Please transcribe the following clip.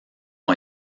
ont